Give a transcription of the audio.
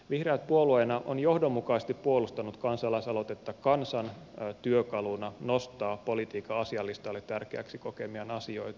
vihreät puolueena on johdonmukaisesti puolustanut kansalaisaloitetta kansan työkaluna nostaa politiikan asialistalle tärkeäksi kokemiaan asioita